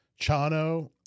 Chano